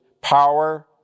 power